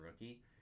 rookie